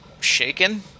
shaken